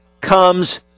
comes